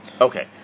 Okay